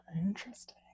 Interesting